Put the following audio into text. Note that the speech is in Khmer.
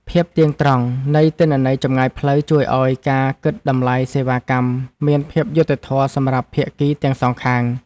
ភាពទៀងត្រង់នៃទិន្នន័យចម្ងាយផ្លូវជួយឱ្យការគិតតម្លៃសេវាកម្មមានភាពយុត្តិធម៌សម្រាប់ភាគីទាំងសងខាង។